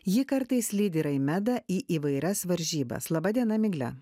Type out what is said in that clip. ji kartais lydi raimeda į įvairias varžybas laba diena migle